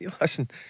listen